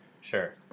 Sure